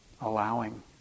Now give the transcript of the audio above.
Allowing